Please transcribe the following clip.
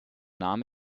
nahm